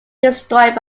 destroyed